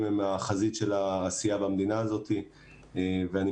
הוא בחזית העסק, לא מי